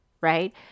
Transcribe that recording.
right